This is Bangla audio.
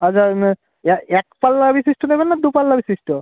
আছা এক পাল্লা বিশিষ্ট নেবেন না দু পাল্লা বিশিষ্ট